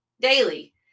daily